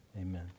amen